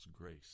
grace